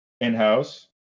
in-house